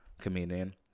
comedian